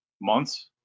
months